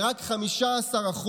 ורק 15%,